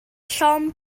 llond